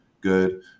good